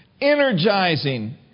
energizing